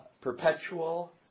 perpetual